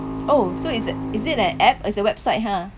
oh so is that is it an app as the website !huh!